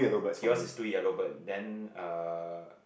is yours is two yellow bird then uh